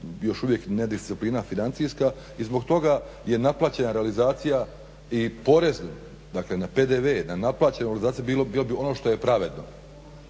još uvijek nedisciplina financijska i zbog toga je naplaćena realizacija i porezi dakle na PDV, na naplaćenu realizaciju bilo bi ono što je pravedno,